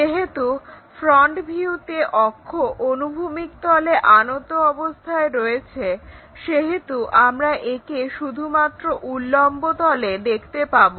যেহেতু ফ্রন্ট ভিউতে অক্ষ অনুভূমিক তলে আনত অবস্থায় রয়েছে সেহেতু আমরা একে শুধুমাত্র উল্লম্ব তলে দেখতে পাবো